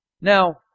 Now